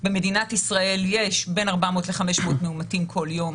במדינת ישראל יש בין 400 ל-500 מאומתים כל יום,